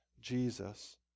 Jesus